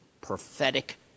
prophetic